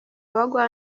abagwa